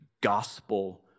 gospel